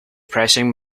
pressing